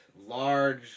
large